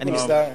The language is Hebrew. אני מסתפק.